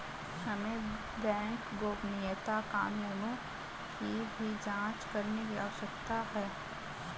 हमें बैंक गोपनीयता कानूनों की भी जांच करने की आवश्यकता है